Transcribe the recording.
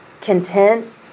content